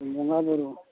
ᱵᱚᱸᱜᱟ ᱵᱩᱨᱩ